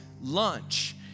lunch